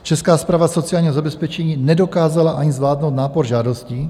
Česká správa sociálního zabezpečení nedokázala ani zvládnout nápor žádostí.